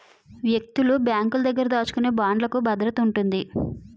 వ్యక్తులు బ్యాంకుల దగ్గర దాచుకునే బాండ్లుకు భద్రత ఉంటుంది